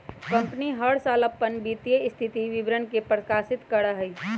company हर साल अपन वित्तीय स्थिति विवरण के प्रकाशित करा हई